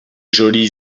joli